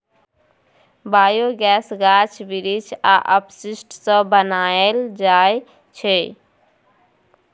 biogas गाछ बिरीछ आ अपशिष्ट सँ बनाएल जाइ छै